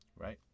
Right